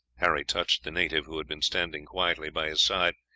harry touched the native, who had been standing quietly by his side,